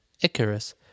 Icarus